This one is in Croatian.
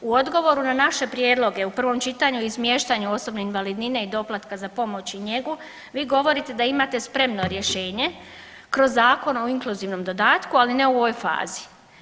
U odgovoru na naše prijedloge u prvom čitanju o izmiještanju osobne invalidnine i doplatka za pomoć i njegu vi govorite da imate spremno rješenje kroz Zakon o inkluzivnom dodatku, ali ne u ovoj fazi.